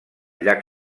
llac